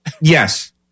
Yes